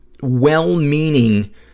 well-meaning